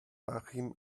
achim